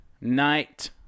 Night